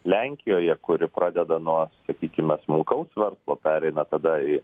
lenkijoje kuri pradeda nuo sakykime smulkaus verslo pereina tada į